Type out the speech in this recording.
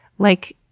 like,